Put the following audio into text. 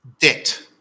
debt